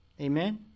Amen